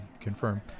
confirm